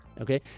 okay